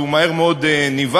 הוא מהר מאוד נבהל,